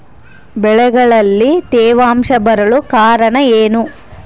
ಬೆಳೆಗಳಲ್ಲಿ ತೇವಾಂಶ ಬರಲು ಕಾರಣ ಏನು?